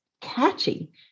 catchy